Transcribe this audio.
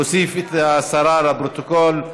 להוסיף את השרה לפרוטוקול.